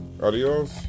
Adios